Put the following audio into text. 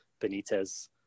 Benitez